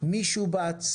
מי שובץ,